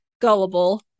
gullible